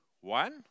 One